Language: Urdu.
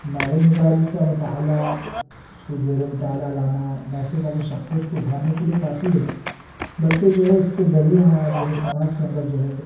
ناول نِگاری کا مطالعہ اُس کو زیرِِ مطالعہ لانا نہ صرف اپنی شخصیت کو اُبارنے کے لیے کافی ہے بلکہ جو ہے اِس کے ذریعے ہمیں جو ہے سماج کے اندر جو ہیں